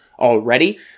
already